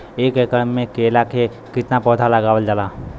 एक एकड़ में केला के कितना पौधा लगावल जाला?